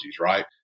right